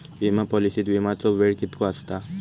विमा पॉलिसीत विमाचो वेळ कीतको आसता?